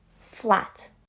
flat